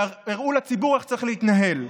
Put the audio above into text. והראו לציבור איך צריך להתנהל?